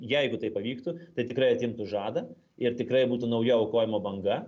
jeigu tai pavyktų tai tikrai atimtų žadą ir tikrai būtų nauja aukojimo banga